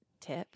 tip